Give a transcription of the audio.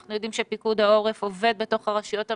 אנחנו יודעים שפיקוד העורף עובד בתוך הרשויות המקומיות.